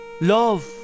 love